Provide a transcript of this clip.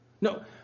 no